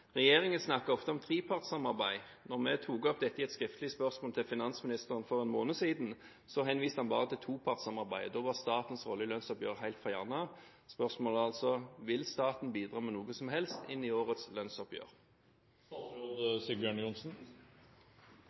Regjeringen snakker ofte om trepartssamarbeid. Da vi tok opp dette i et skriftlig spørsmål til finansministeren for en måned siden, henviste han bare til topartssamarbeidet. Da var statens rolle i lønnsoppgjøret helt fjernet. Spørsmålet er altså: Vil staten bidra med noe som helst inn i årets